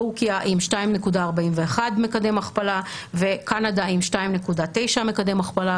תורכיה עם 2.41 מקדם הכפלה וקנדה עם 2.9 מקדם הכפלה,